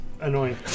annoying